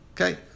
Okay